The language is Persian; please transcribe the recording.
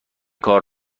کار